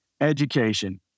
Education